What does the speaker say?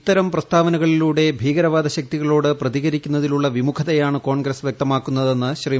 ഇത്തരം പ്രസ്താവനകളിലൂടെ ഭീകരവാദ ശക്തികളോട് പ്രതികരിക്കുന്നതിലുള്ളു പ്പിമുഖതയാണ് കോൺഗ്രസ് വ്യക്തമാ ക്കുന്നതെന്ന് ശ്രീ